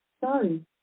Sorry